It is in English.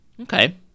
Okay